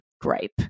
gripe